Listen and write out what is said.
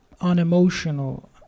unemotional